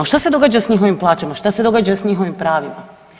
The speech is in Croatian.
Šta se događa s njihovim plaćama, šta se događa s njihovim pravima?